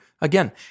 again